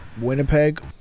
winnipeg